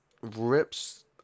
rips